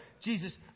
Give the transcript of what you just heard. Jesus